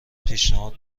پیشنهاد